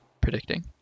predicting